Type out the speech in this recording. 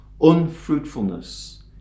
unfruitfulness